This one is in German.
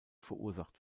verursacht